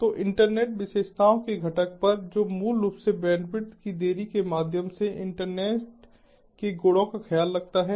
तो इंटरनेट विशेषताओं के घटक पर जो मूल रूप से बैंडविड्थ की देरी के माध्यम से इंटरनेट के गुणों का ख्याल रखता है